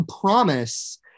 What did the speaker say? promise